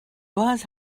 was